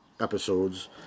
episodes